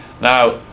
Now